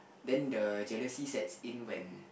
then the jealously sets in when